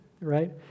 Right